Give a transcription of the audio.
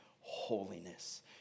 holiness